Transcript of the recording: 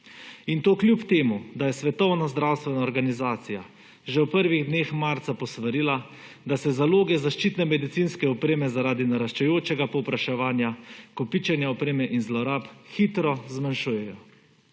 In to kljub temu, da je Svetovna zdravstvena organizacija že v prvih dneh marca posvarila, da se zaloge zaščitne medicinske opreme zaradi naraščajočega povpraševanja, kopičenja opreme in zlorab hitro zmanjšujejo.